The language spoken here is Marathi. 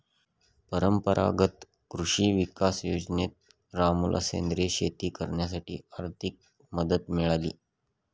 परंपरागत कृषी विकास योजनेत रामूला सेंद्रिय शेती करण्यासाठी आर्थिक मदत मिळाली